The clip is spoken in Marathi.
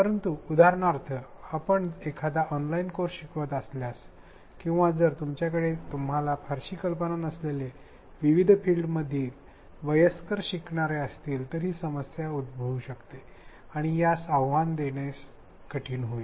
परंतु उदाहरणार्थ आपण एखादा ऑनलाईन कोर्स शिकवत असल्यास किंवा जर तुमच्याकडे तुम्हाला फारशी कल्पना नसलेले विविध फील्डमधील वयस्कर शिकणारे असतील तर ही समस्या उद्भवू शकते आणि या आव्हानाला तोंड देणे कठीण होईल